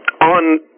On